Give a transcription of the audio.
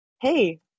hey